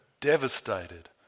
devastated